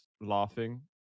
laughing